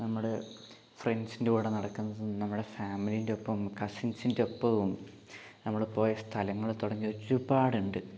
നമ്മുടെ ഫ്രണ്ട്സിൻ്റെ കൂടെ നടക്കുന്നതും നമ്മുടെ ഫാമിലിൻ്റെപ്പം കസിൻസിൻ്റെപ്പവും നമ്മള് പോയ സ്ഥലങ്ങള് തുടങ്ങി ഒരുപാടുണ്ട്